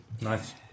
Nice